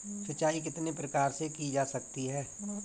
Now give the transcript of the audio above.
सिंचाई कितने प्रकार से की जा सकती है?